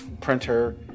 printer